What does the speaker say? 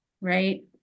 right